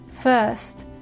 First